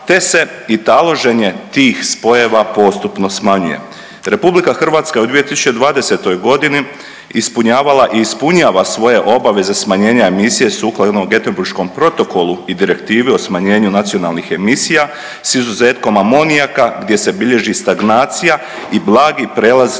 te se i taloženje tih spojeva postupno smanjuje. Republika Hrvatska je u 2020. godini ispunjavala i ispunjava svoje obaveze smanjenja emisije sukladno Göteburškom protokolu i Direktivi o smanjenju nacionalnih emisija sa izuzetkom amonijaka gdje se bilježi stagnacija i blagi prijelaz